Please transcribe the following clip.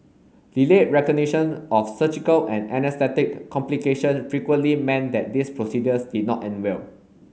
delayed recognition of surgical and anaesthetic complication frequently meant that these procedures did not end well